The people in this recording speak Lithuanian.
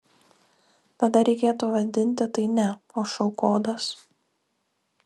tada reikėtų vadinti tai ne o šou kodas